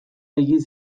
egin